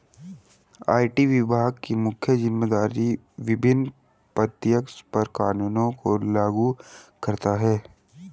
IT विभाग की मुख्य जिम्मेदारी विभिन्न प्रत्यक्ष कर कानूनों को लागू करता है